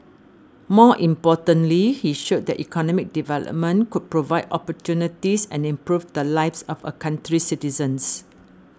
more importantly he showed that economic development could provide opportunities and improve the lives of a country's citizens